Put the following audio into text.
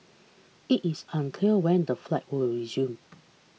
it is unclear when the flight will resume